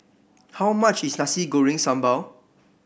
how much is Nasi Goreng Sambal